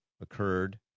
occurred